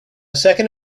second